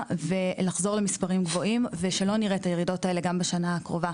ולחזור למספרים גבוהים ושלא נראה את הירידות האלה גם בשנה הקרובה,